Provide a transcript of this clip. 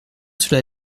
cela